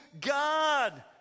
God